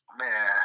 Man